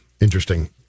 interesting